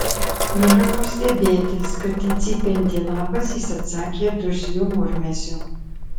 nėra ko stebėtis kad į cypiantį labas jis atsakė dusliu murmesiu